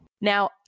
Now